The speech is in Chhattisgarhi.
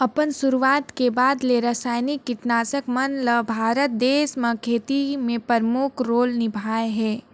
अपन शुरुआत के बाद ले रसायनिक कीटनाशक मन ल भारत देश म खेती में प्रमुख रोल निभाए हे